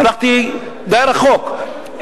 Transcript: הלכתי די רחוק,